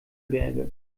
berge